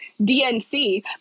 DNC